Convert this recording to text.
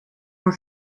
van